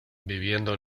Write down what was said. viviendo